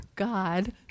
God